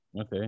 okay